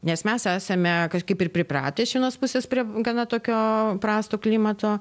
nes mes esame kažkaip ir pripratę iš vienos pusės prie gana tokio prasto klimato